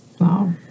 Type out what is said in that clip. Wow